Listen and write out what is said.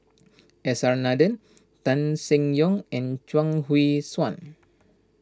S R Nathan Tan Seng Yong and Chuang Hui Tsuan